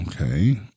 Okay